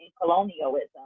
colonialism